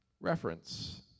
reference